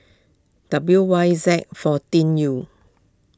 W Y Z fourteen U